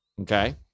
Okay